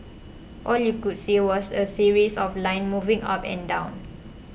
all you could see was a series of lines moving up and down